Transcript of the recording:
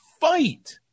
fight